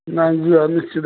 ନାଇ ଯିବା ନିଶ୍ଚିତ